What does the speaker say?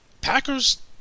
Packers